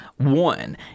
One